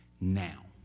now